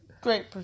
Great